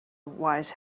wise